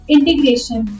Integration